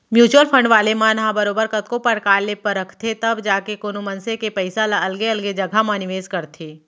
mutual fund वाले मन ह बरोबर कतको परकार ले परखथें तब जाके कोनो मनसे के पइसा ल अलगे अलगे जघा म निवेस करथे